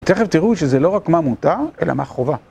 תכף תראו שזה לא רק מה מותר, אלא מה חובה.